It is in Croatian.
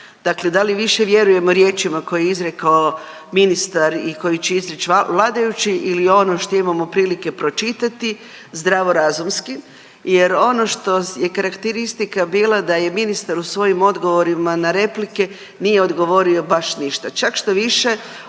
Dakle da li više vjerujemo riječima koje je izrekao ministar i koje će izreći vladajući ili ono što imamo prilike pročitati zdravorazumski jer ono što je karakteristika bila da je ministar u svojim odgovorima na replike, nije odgovorio baš ništa.